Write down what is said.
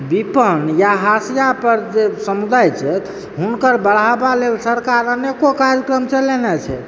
विपन्न या हाशियापर जे समुदाय छथि हुनकर बढ़ावा लेल सरकार अनेको कार्यक्रम चलेनय छै